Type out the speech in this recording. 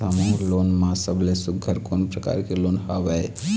समूह लोन मा सबले सुघ्घर कोन प्रकार के लोन हवेए?